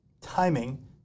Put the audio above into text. Timing